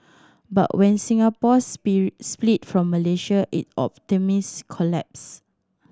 but when Singapore split from Malaysia is optimism collapsed